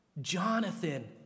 Jonathan